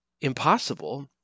impossible